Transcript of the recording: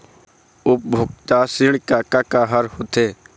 उपभोक्ता ऋण का का हर होथे?